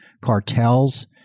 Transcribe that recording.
cartels